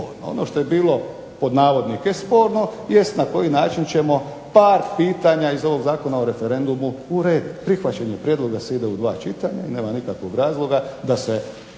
Ono što je bilo "sporno" jest na koji način ćemo par pitanja iz ovog Zakona o referendumu urediti. Prihvaćen je prijedlog da se ide u dva čitanja i nema nikakvog razloga da se